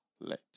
let